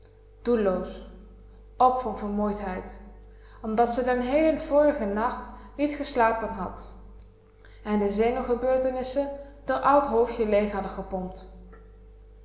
doelloos p van vermoeidheid omdat ze den heelen vorigen nacht niet geslapen had en de zenuwgebeurtenissen r oud hoofdje leeg hadden